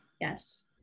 Yes